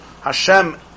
Hashem